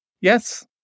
Yes